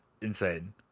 insane